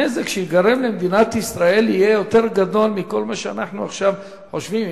הנזק שייגרם למדינת ישראל יהיה יותר גדול מכל מה שאנחנו עכשיו חושבים,